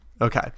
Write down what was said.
Okay